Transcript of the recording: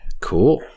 Cool